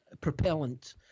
propellant